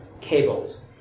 cables